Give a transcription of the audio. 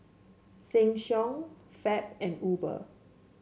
Sheng Siong Fab and Uber